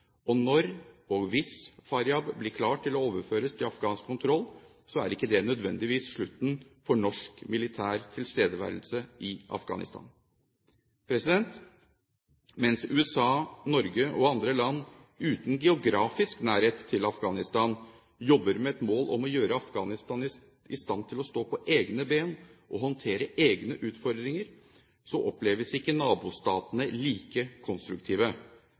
og når Faryab blir klart til å overføres til afghansk kontroll, er ikke det nødvendigvis slutten på norsk militær tilstedeværelse i Afghanistan. Mens USA, Norge og andre land uten geografisk nærhet til Afghanistan jobber mot det mål å gjøre Afghanistan i stand til å stå på egne ben og håndtere egne utfordringer, oppleves ikke nabostatene som like konstruktive.